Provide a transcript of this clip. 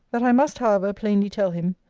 that i must, however, plainly tell him,